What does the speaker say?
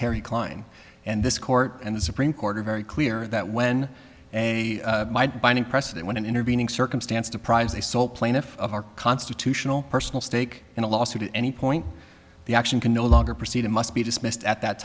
terry kline and this court and the supreme court are very clear that when a binding precedent when an intervening circumstance deprives a soul plaintiff of our constitutional personal stake in a lawsuit at any point the action can no longer proceed it must be dismissed at that